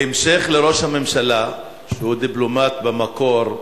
בהמשך לראש הממשלה, שהוא דיפלומט במקור,